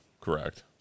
Correct